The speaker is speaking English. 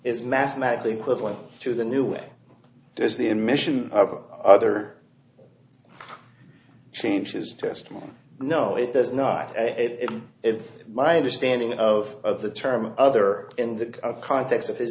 is mathematically equivalent to the new way does the admission of other changes testimony no it does not it is my understanding of the term other in the context of his